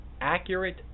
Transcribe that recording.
accurate